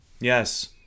Yes